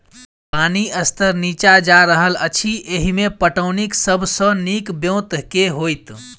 पानि स्तर नीचा जा रहल अछि, एहिमे पटौनीक सब सऽ नीक ब्योंत केँ होइत?